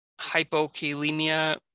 hypokalemia